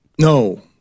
No